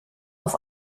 auf